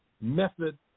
method